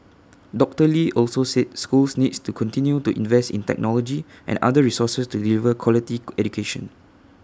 doctor lee also said schools need to continue to invest in technology and other resources to deliver quality education